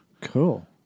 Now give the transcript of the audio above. Cool